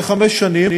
לחמש שנים.